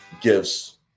gives